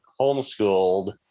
homeschooled